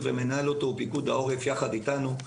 ומנהל אותו הוא פיקוד העורף יחד אתנו.